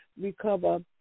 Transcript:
recover